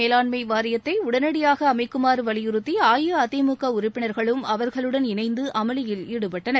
மேலாண்மை வாரியத்தை உடனடியாக அமைக்குமாறு வலியுறுத்தி அஇஅதிமுக உறுப்பினர்களும் காவிரி அவர்களுடன் இணைந்து கொண்டு அமளியில் ஈடுபட்டனர்